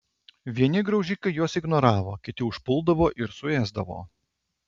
vieni graužikai juos ignoravo kiti užpuldavo ir suėsdavo